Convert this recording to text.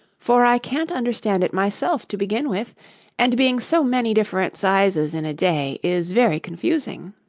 for i can't understand it myself to begin with and being so many different sizes in a day is very confusing